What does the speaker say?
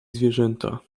zwierzęta